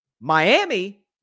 Miami